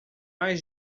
mais